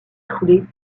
foulée